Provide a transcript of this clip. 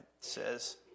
says